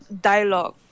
dialogue